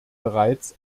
bereits